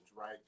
right